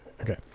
Okay